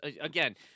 Again